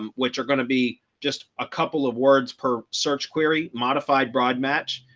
um which are going to be just a couple of words per search query modified broad match.